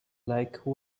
like